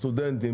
סטודנטים,